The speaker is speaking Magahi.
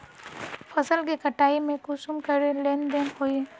फसल के कटाई में कुंसम करे लेन देन होए?